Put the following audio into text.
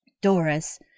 Doris